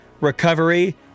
recovery